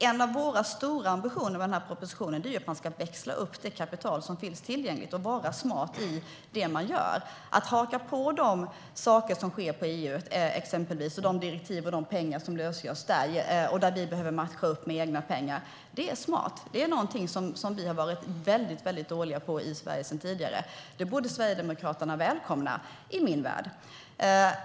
En av våra stora ambitioner med propositionen är att man ska växla upp det kapital som finns tillgängligt och vara smart i det man gör. Det handlar exempelvis om att haka på de saker som sker i EU med direktiv och de pengar som lösgörs där och där vi behöver matcha med egna pengar. Det är smart och någonting som vi har varit väldigt dåliga på i Sverige sedan tidigare. Det borde i min värld Sverigedemokraterna välkomna.